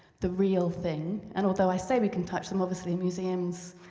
the real thing and although i say we can touch them, obviously in museums,